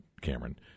Cameron